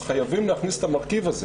חייבים להכניס את המרכיב הזה.